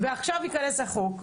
ועכשיו ייכנס החוק.